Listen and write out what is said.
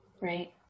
Right